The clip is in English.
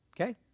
Okay